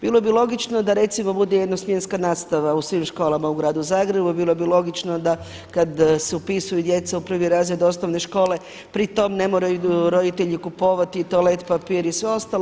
Bilo bi logično da recimo bude jednosmjenska nastava u svim školama u gradu Zagrebu, bilo bi logično da kad se upisuju djeca u prvi razred osnovne škole pri tom ne moraju roditelji kupovati toalet papir i sve ostalo.